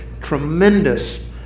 tremendous